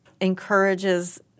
encourages